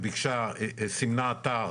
ביקשה וסימנה אתר,